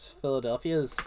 Philadelphia's